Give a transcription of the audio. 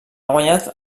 guanyat